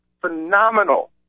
phenomenal